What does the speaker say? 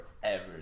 Forever